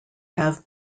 have